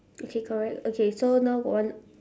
okay correct okay so now got one